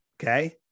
Okay